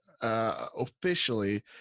officially